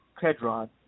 Kedron